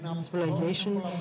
civilization